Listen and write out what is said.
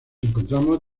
encontramos